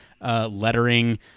lettering